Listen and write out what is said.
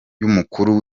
y’umukuru